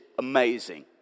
Amazing